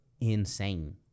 insane